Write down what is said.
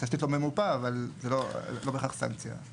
לתשתית לא ממופה, אבל זאת לא בהכרח סנקציה.